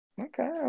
Okay